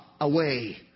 away